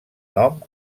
nom